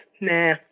nah